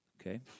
Okay